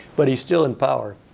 but he's still in power.